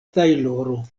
tajloro